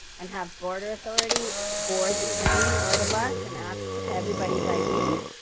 and have border authority board the train or the bus and asked everybody's id.